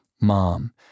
mom